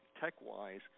tech-wise